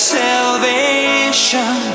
salvation